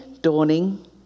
dawning